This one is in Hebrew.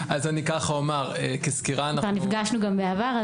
להלן תרגומם: נפגשנו בעבר,